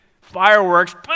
fireworks